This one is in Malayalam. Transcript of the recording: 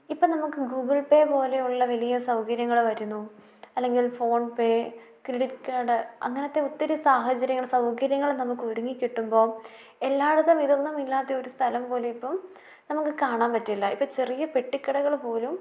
ഇപ്പം നമുക്ക് ഗൂഗിൾ പേ പോലെയുള്ള വലിയ സൗകര്യങ്ങൾ വരുന്നു അല്ലെങ്കിൽ ഫോൺപേ ക്രെഡിറ്റ് കാർഡ് അങ്ങനത്തെ ഒത്തിരി സാഹചര്യങ്ങൾ സൗകര്യങ്ങളും നമുക്ക് ഒരുങ്ങി കിട്ടുമ്പോൾ എല്ലായിടത്തും ഇതൊന്നും ഇല്ലാത്ത ഒരു സ്ഥലം പോലും ഇപ്പം നമുക്ക് കാണാൻ പറ്റില്ല ഇപ്പം ചെറിയ പെട്ടിക്കടകൾ പോലും